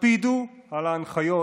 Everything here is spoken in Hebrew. הקפידו על ההנחיות.